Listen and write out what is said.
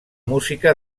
música